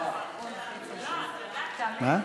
לא, סליחה,